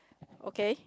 okay